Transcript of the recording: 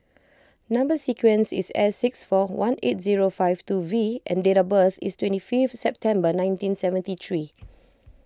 Number Sequence is S six four one eight zero five two V and date of birth is twenty fifth September nineteen seventy three